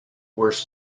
worse